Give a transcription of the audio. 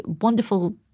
wonderful